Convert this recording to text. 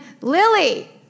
Lily